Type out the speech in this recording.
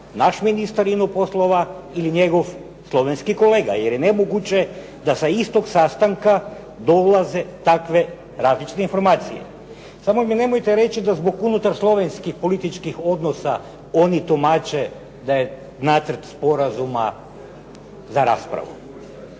razumije./… poslova ili njegov slovenski kolega, jer je nemoguće da sa istog sastanka dolaze takve različite informacije. Samo mi nemojte reći da zbog unutarslovenskih političkih odnosa oni tumače da je nacrt sporazuma za raspravu.